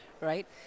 right